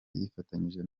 yifatanyije